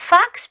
Fox